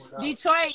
Detroit